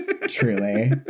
Truly